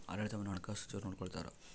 ಆಡಳಿತವನ್ನು ಹಣಕಾಸು ಸಚಿವರು ನೋಡಿಕೊಳ್ತಾರ